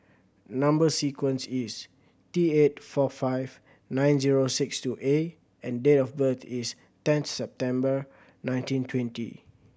number sequence is T eight four five nine zero six two A and date of birth is tenth September nineteen twenty